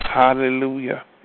Hallelujah